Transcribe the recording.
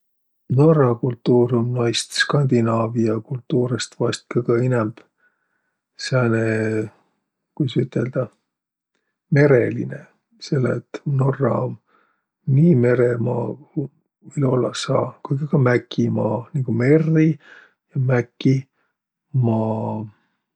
Norra kultuur um naist skandunaavia kultuurõst vaest kõgõ inämb sääne, kuis üteldäq, mereline. Selle et Norra um nii mere maa, ku viil ollaq saa.